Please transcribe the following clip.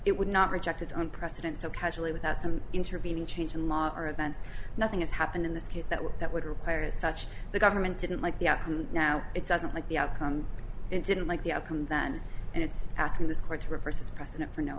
it would not reject its own president so casually without some intervening change in law or events nothing has happened in this case that would that would require as such the government didn't like the uk and now it doesn't like the outcome and didn't like the outcome then and it's asking this court to reverse its precedent for no